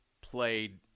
played